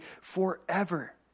forever